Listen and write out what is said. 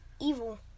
evil